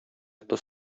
тоз